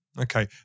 Okay